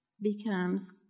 becomes